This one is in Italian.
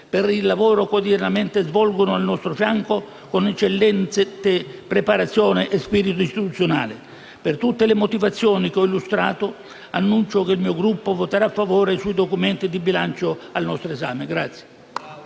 per il lavoro che quotidianamente svolgono al nostro fianco con eccellente preparazione e spirito istituzionale. Per tutte le motivazioni che ho illustrato preannuncio che il mio Gruppo voterà a favore dei documenti di bilancio al nostro esame.